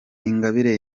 ingabire